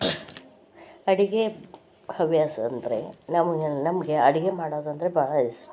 ಅಡಿಗೆ ಹವ್ಯಾಸ ಅಂದರೆ ನಮ್ಗೆಲ್ಲಿ ನಮಗೆ ಅಡಿಗೆ ಮಾಡೋದಂದರೆ ಬಹಳ ಇಷ್ಟ